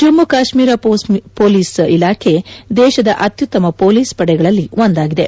ಜಮ್ನಿ Kashmir police ಇಲಾಖೆ ದೇಶದ ಅತ್ತುತ್ತಮ ಹೊಲೀಸ್ ಪಡೆಗಳಲ್ಲಿ ಒಂದಾಗಿದೆ